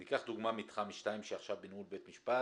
ניקח דוגמא מתחם 2 שעכשיו בניהול בית משפט,